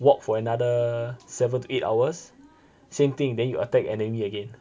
walk for another seven to eight hours same thing then you attack enemy again